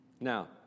Now